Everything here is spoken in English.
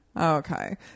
okay